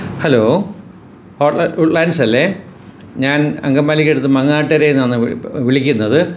hello hotel wood ലാൻസല്ലേ ഞാൻ അങ്കമാലിക്കടുത്ത് മാങ്ങാട്ടുകരേന്നാന്ന് വിളിക്കുന്നത്